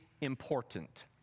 important